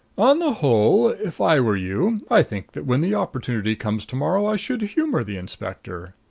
on the whole, if i were you, i think that when the opportunity comes to-morrow i should humor the inspector.